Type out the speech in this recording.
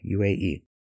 UAE